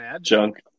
junk